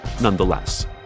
nonetheless